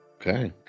Okay